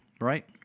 right